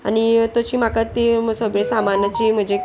आनी तशी म्हाका ती सगळे सामान जी म्हजे